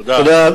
תודה.